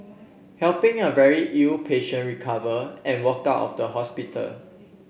helping a very ill patient recover and walked out of the hospital